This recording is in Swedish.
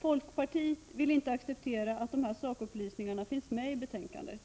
Folkpartiet vill inte acceptera att dessa sakupplysningar finns med i betänkandet.